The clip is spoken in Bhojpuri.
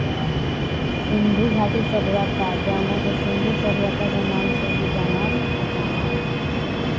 सिंधु घाटी सभ्यता जवना के सिंधु सभ्यता के नाम से भी जानल जाला